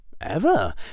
Ever